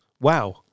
Wow